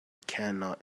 cannot